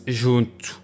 junto